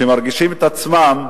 שמרגישים את עצמם,